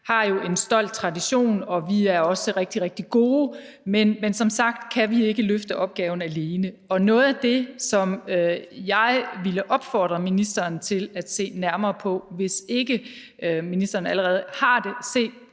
har jo en stolt tradition, og vi er også rigtig, rigtig gode, men som sagt kan vi ikke løfte opgaven alene. Og noget af det, som jeg ville opfordre ministeren til at se nærmere på, hvis ministeren ikke allerede har